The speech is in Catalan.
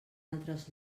altres